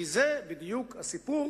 כי זה בדיוק הסיפור